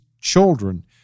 children